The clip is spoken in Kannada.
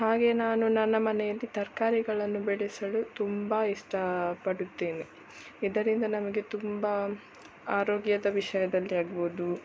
ಹಾಗೆ ನಾನು ನನ್ನ ಮನೆಯಲ್ಲಿ ತರಕಾರಿಗಳನ್ನು ಬೆಳೆಸಲು ತುಂಬ ಇಷ್ಟ ಪಡುತ್ತೇನೆ ಇದರಿಂದ ನಮಗೆ ತುಂಬಾ ಆರೋಗ್ಯದ ವಿಷಯದಲ್ಲಿ ಆಗ್ಬೋದು